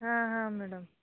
ಹಾಂ ಹಾಂ ಮೇಡಮ್